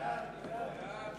ועדת העבודה,